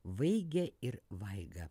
vaigę ir vaigą